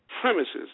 premises